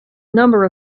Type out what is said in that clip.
number